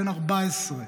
בן 14,